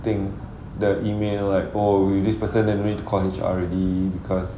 think the email like oh this person need to call H_R already cause